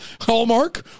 Hallmark